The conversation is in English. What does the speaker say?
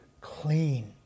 clean